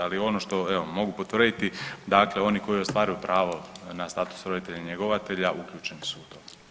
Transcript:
Ali ono što evo mogu potvrditi, dakle oni koji ostvaruju pravo na status roditelja njegovatelja uključeni su u to.